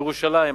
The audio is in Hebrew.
ירושלים,